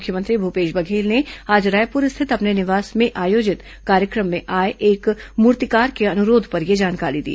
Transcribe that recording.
मुख्यमंत्री भूपेश बघेल ने आज रायपुर स्थित अपने निवास में आयोजित कार्यक्रम में आए एक मूर्तिकार के अनुरोध पर यह जानकारी दी